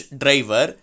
driver